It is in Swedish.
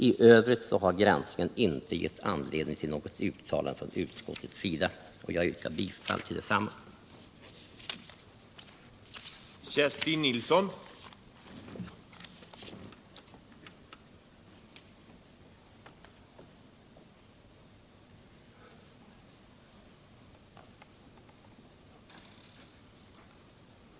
I övrigt har granskningen inte gett anledning till något uttalande från utskottets sida.” Jag yrkar bifall till utskottets skrivning.